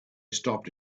stopped